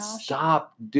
stop